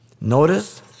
Notice